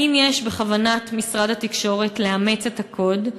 האם יש בכוונת משרד התקשורת לאמץ את הקוד?